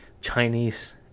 chinese